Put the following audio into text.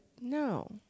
no